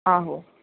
आहो